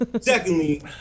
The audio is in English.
Secondly